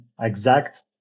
exact